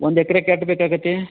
ಒಂದು ಎಕ್ರೆಗ್ ಎಷ್ಟ್ ಬೇಕಾಗತಿ